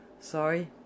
Sorry